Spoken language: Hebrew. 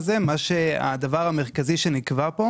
הדבר המרכזי שנקבע במשא ומתן הזה,